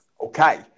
Okay